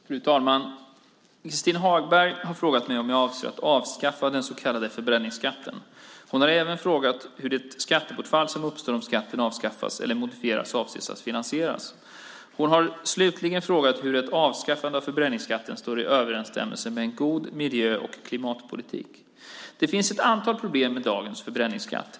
Fru talman! Christin Hagberg har frågat mig om jag avser att avskaffa den så kallade förbränningsskatten. Hon har även frågat hur det skattebortfall som uppstår om skatten avskaffas eller modifieras avses att finansieras. Hon har slutligen frågat hur ett avskaffande av förbränningsskatten står i överensstämmelse med en god miljö och klimatpolitik. Det finns ett antal problem med dagens förbränningsskatt.